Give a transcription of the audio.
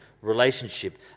relationship